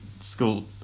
school